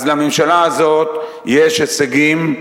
אז לממשלה הזאת יש הישגים,